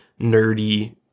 nerdy